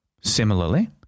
Similarly